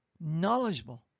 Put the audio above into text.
knowledgeable